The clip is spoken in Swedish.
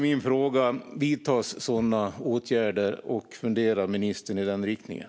Mina frågor är om sådana åtgärder vidtas och om ministern funderar i den riktningen.